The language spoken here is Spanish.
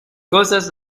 cosas